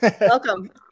Welcome